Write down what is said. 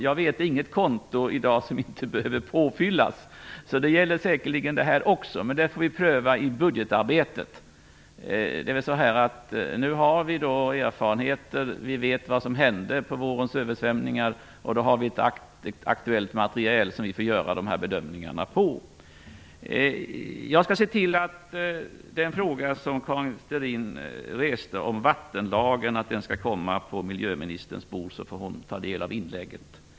Jag vet inget konto i dag som inte behöver fyllas på, och det gäller säkert också detta, men det får vi pröva i budgetarbetet. Nu har vi erfarenheter. Vi vet vad som hände under vårens översvämningar och har ett aktuellt material som vi kan grunda bedömningarna på. Jag skall se till att den fråga som Karin Starrin reste om vattenlagen kommer på miljöministerns bord, så att hon får ta del av inlägget.